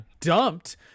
dumped